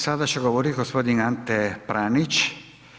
Sada će govoriti gospodin Ante Pranić.